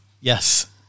Yes